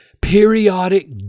periodic